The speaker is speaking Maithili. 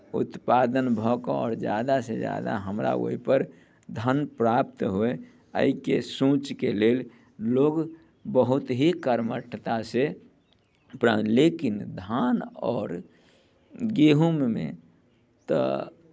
उत्पादन भऽ कऽ आओर ज्यादासँ ज्यादा हमरा ओहि पर धन प्राप्त होय एहिके सोचके लेल लोक बहुत ही कर्मठतासँ अपना लेकिन धान आओर गहूँममे तऽ